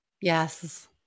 Yes